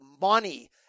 money